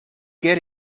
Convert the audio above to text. get